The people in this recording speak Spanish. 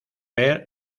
ver